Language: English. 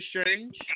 Strange